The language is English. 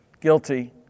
guilty